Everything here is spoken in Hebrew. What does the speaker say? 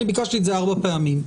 אני ביקשתי את זה ארבע פעמים,